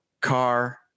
car